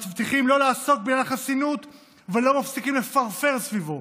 מבטיחים לא לעסוק בחסינות ולא מפסיקים לפרפר סביבו.